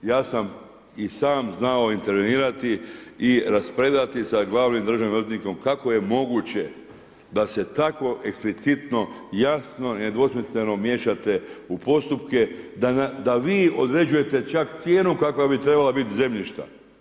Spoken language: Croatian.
Ja sam i sam znao intervenirati i raspredati sa glavnim državnim odvjetnikom kako je moguće da se tako eksplicitno jasno nedvosmisleno miješate u postupke, da vi određujete čak cijenu kakva bi trebala bit zemljišta.